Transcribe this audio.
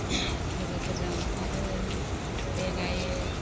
लोगोफोरजों खारो बेरायो